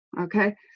okay